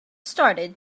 started